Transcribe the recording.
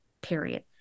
period